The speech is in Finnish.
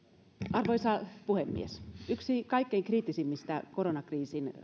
arvoisa puhemies yksi kaikkein kriittisimmistä koronakriisin